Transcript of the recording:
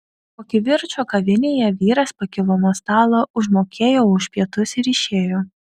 po kivirčo kavinėje vyras pakilo nuo stalo užmokėjo už pietus ir išėjo